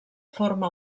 forma